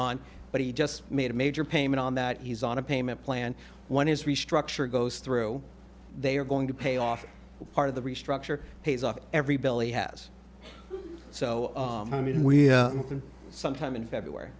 on but he just made a major payment on that he's on a payment plan when his restructure goes through they are going to pay off part of the restructure pays off every bill he has so i mean we sometime in february